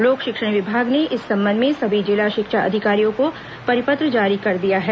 लोक शिक्षण विभाग ने इस संबंध में सभी जिला शिक्षा अधिकारियों को परिपत्र जारी कर दिया है